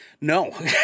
No